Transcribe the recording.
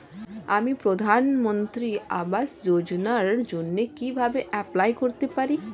আমি প্রধানমন্ত্রী আবাস যোজনার জন্য কিভাবে এপ্লাই করতে পারি?